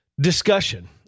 discussion